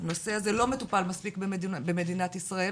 הנושא הזה לא מטופל מספיק במדינת ישראל